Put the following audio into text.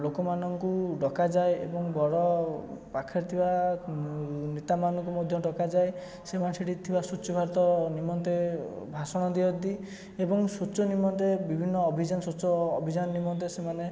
ଲୋକମାନଙ୍କୁ ଡ଼କାଯାଏ ଏବଂ ବଡ଼ ପାଖରେ ଥିବା ନେତାମାନଙ୍କୁ ମଧ୍ୟ ଡ଼କାଯାଏ ସେମାନେ ସେଠିଥିବା ସ୍ୱଚ୍ଛ ଭାରତ ନିମନ୍ତେ ଭାଷଣ ଦିଅନ୍ତି ଏବଂ ସ୍ୱଚ୍ଛ ନିମନ୍ତେ ବିଭିନ୍ନ ଅଭିଯାନ ସ୍ୱଚ୍ଛ ଅଭିଯାନ ନିମନ୍ତେ ସେମାନେ